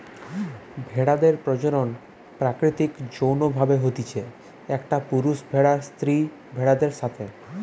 ভেড়াদের প্রজনন প্রাকৃতিক যৌন্য ভাবে হতিছে, একটা পুরুষ ভেড়ার স্ত্রী ভেড়াদের সাথে